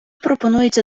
пропонується